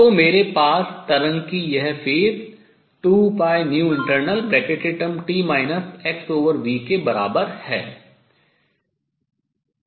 तो मेरे पास तरंग की यह phase कला 2internalt xv के बराबर है